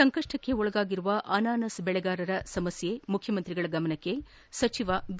ಸಂಕಷ್ಟಕ್ಕೆ ಒಳಗಾಗಿರುವ ಅನಾನಸ್ ಬೆಳೆಗಾರರ ಸಮಸ್ಥೆ ಮುಖ್ಡಮಂತ್ರಿಗಳ ಗಮನಕ್ಕೆ ಸಚಿವ ಬಿ